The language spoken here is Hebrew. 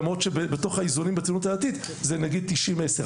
למרות שבתוך האיזונים בציונות הדתית זה נגיד 90%-10%,